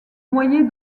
noyer